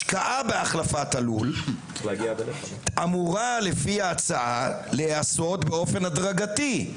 השקעה בהחלפת הלול אמורה לפי ההצעה להיעשות באופן הדרגתי.